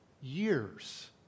years